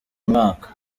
umwaka